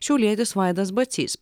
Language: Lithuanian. šiaulietis vaidas bacys